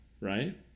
right